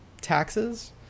taxes